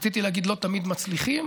רציתי להגיד שלא תמיד מצליחים,